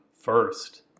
first